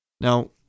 Now